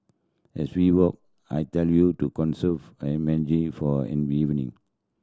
as we walk I tell you to conserve a for a evening